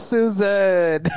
Susan